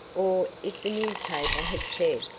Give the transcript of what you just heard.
or if the newspapers had said,